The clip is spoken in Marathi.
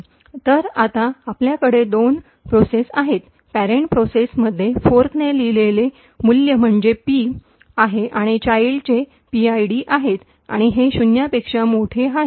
तर आता आपल्याकडे दोन प्रक्रिया आहेत पेरन्ट प्रोसेस मध्ये फोर्कने लिहिलेले मूल्य म्हणजे पी आहे चाईल्डचे पीआयडी आहे आणि हे शून्यापेक्षा मोठे आहे